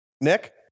Nick